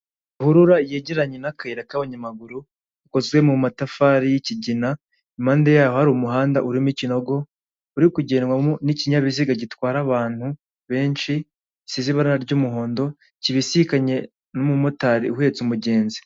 Ruhurura yegeranye n'akayira k'abanyamaguru, gakozwe mu matafari y'ikigina, i mpande yaho hari umuhanda urimo ikinoogo, uri kugendwamo n'ikinyabiziga gitwara abantu benshi, gisize ibara ry'umuhondo, kibisikanye n'umumotari uhetse umugenzi.